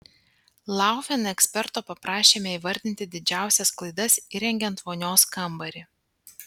laufen eksperto paprašėme įvardinti didžiausias klaidas įrengiant vonios kambarį